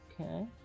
Okay